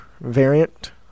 variant